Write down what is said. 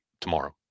tomorrow